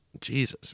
Jesus